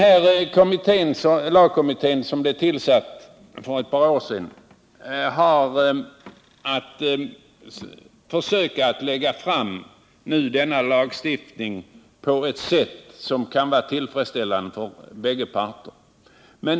Arrendelagskommittén, som tillsattes för ett par år sedan, har försökt utforma lagstiftningen så att den blir tillfredsställande för båda parter.